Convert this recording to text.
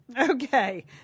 Okay